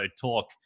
talk